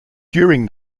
during